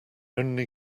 only